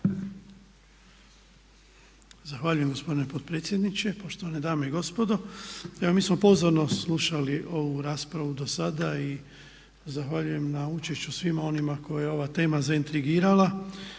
Zahvaljujem gospodine potpredsjedniče. Poštovane dame i gospodo evo mi smo pozorno slušali ovu raspravu dosada i zahvaljujem na učešću svima onima koje je ova tema zaintrigirala.